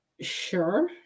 sure